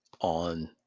on